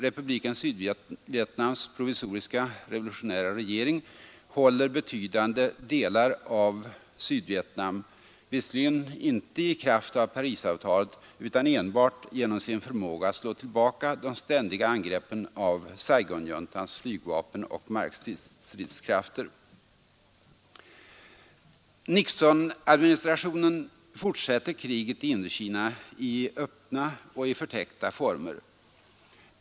Republiken Sydvietnams provisoriska revolutionära regering håller betydande delar av Sydvietnam, dock inte i kraft av Parisavtalet utan enbart genom sin förmåga att slå tillbaka de ständiga angreppen av Saigonjuntans flygvapen och markstridskrafter. Nixonadministrationen fortsätter kriget i Indokina i öppna och i förtäckta former.